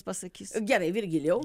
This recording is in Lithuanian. pasakys gerai virgilijau